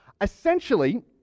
Essentially